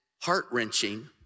heart-wrenching